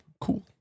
Cool